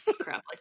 crap